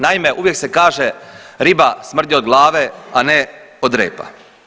Naime, uvijek se kaže riba smrdi od glave, a ne od repa.